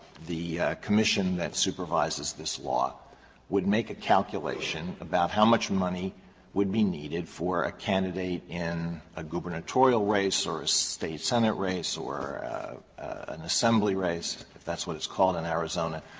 the commission that supervises this law would make a calculation about how much money would be needed for a candidate in a gubernatorial race or a state senate race or an assembly race, if that's what it's called in arizona,